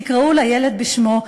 תקראו לילד בשמו,